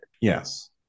Yes